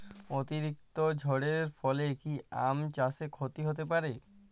অতিরিক্ত ঝড়ের ফলে কি আম চাষে ক্ষতি হতে পারে?